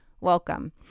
Welcome